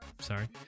Sorry